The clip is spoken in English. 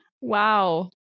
Wow